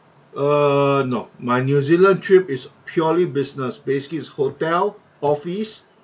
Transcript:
err no my new zealand trip is purely business basically is hotel office